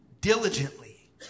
diligently